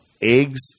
eggs